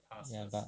ya but